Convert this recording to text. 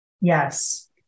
Yes